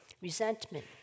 resentment